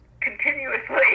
continuously